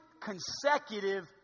consecutive